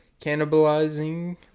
cannibalizing